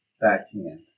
backhand